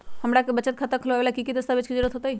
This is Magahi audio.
हमरा के बचत खाता खोलबाबे ला की की दस्तावेज के जरूरत होतई?